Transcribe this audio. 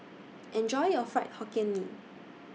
Enjoy your Fried Hokkien Mee